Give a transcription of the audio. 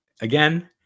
again